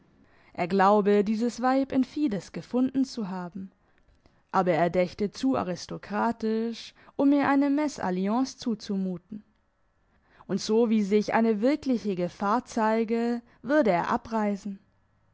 er glaube dieses weib in fides gefunden zu haben aber er dächte zu aristokratisch um ihr eine mesalliance zuzumuten und so wie sich eine wirkliche gefahr zeige würde er abreisen